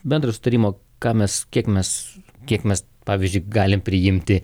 bendro sutarimo ką mes kiek mes kiek mes pavyzdžiui galim priimti